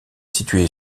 située